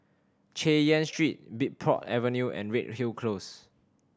Chay Yan Street Bridport Avenue and Redhill Close